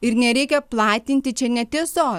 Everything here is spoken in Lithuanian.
ir nereikia platinti čia netiesos